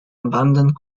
abandoned